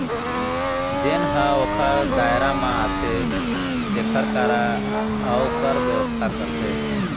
जेन ह ओखर दायरा म आथे तेखर करा अउ कर बेवस्था करथे